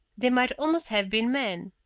they might almost have been men.